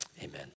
amen